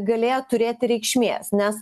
galėjo turėti reikšmės nes